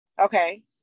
Okay